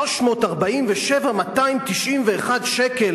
347,291 שקל.